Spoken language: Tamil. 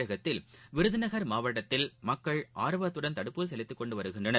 தமிழகத்தில் விருதுநகர் மாவட்டத்தில் மக்கள் ஆர்வத்துடன் தடுப்பூசி செலுத்திக் கொண்டு வருகின்றனர்